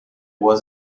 was